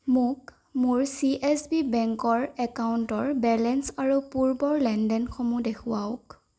মোক মোৰ C S B বেংকৰ একাউণ্টৰ বেলেঞ্চ আৰু পূৰ্বৰ লেনদেনসমূহ দেখুৱাওক